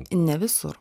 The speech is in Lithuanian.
ne visur